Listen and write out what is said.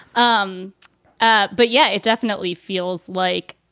um ah but yeah it definitely feels like.